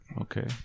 Okay